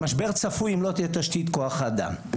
משבר צפוי אם לא תהיה תשתית כוח אדם.